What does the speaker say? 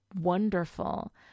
wonderful